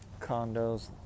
condos